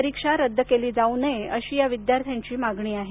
परीक्षा रद्द केली जाऊ नये अशी या विद्यार्थ्यांची मागणी आहे